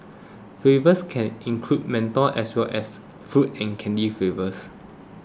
flavours can include menthol as well as fruit and candy flavours